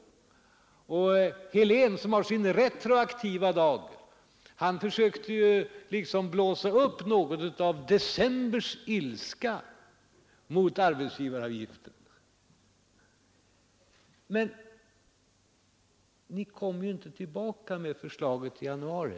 Herr Helén — som har sin retroaktiva dag — försökte blåsa upp något av ilskan från december mot arbetsgivaravgiften. Men ni kom ju inte tillbaka med förslaget i januari.